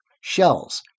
shells